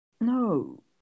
No